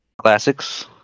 Classics